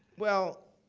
well,